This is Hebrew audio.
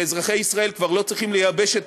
אזרחי ישראל כבר לא צריכים לייבש את